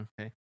Okay